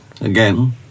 Again